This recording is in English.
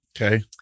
Okay